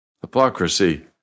Hypocrisy